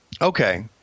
Okay